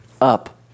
up